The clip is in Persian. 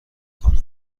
کنم